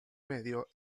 medio